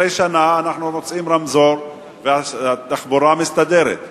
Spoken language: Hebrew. אחרי שנה אנחנו מוצאים רמזור והתחבורה מסתדרת.